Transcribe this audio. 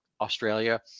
Australia